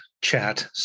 chat